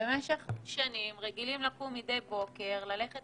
ושבמשך שנים הם רגילים לקום מידי בוקר וללכת